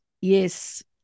Yes